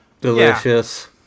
Delicious